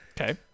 Okay